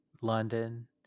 London